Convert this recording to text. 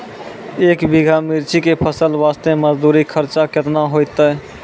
एक बीघा मिर्ची के फसल वास्ते मजदूरी खर्चा केतना होइते?